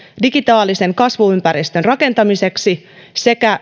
digitaalisen kasvuympäristön rakentamiseksi sekä